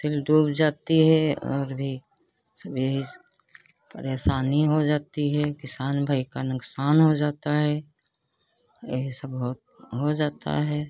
फसल डूब जाती है और भी सभी यही परेशानी हो जाती है किसान भाई का नुकसान हो जाता है यही सब हो हो जाता है